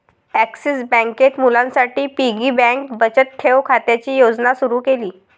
axis बँकेत मुलांसाठी piggy bank बचत ठेव खात्याची योजना सुरू केली